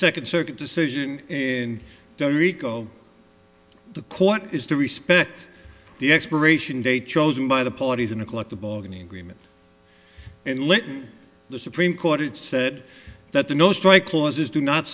second circuit decision in don't recall the court is to respect the expiration date chosen by the parties in a collective bargaining agreement and let the supreme court it said that the no strike clauses do not